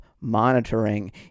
monitoring